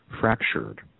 Fractured